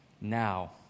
Now